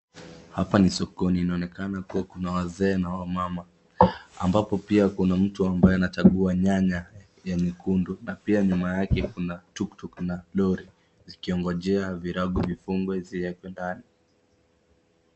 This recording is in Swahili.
Hapa ni sokoni inaonekana kuwa kuna wazee na wa mama ambapo pia kuna mtu ambaye anachagua nyanya yenye nyekundu na pia nyuma yake kuna tuktuk na lori zikiongojea virago vifungwe ziwekwe ndani.